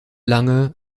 lange